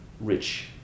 rich